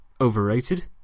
Overrated